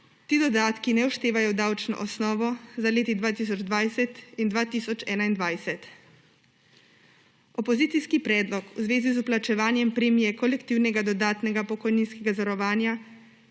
ti dodatki ne vštevajo v davčno osnovo za leti 2020 in 2021. Opozicijski predlog v zvezi z vplačevaje premije kolektivnega dodatnega pokojninskega zavarovanja